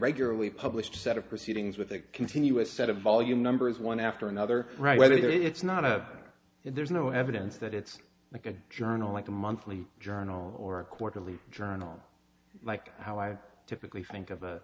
regularly published set of proceedings with a continuous set of volume numbers one after another right there it's not a there's no evidence that it's like a journal like a monthly journal or a quarterly journal like how i typically think of a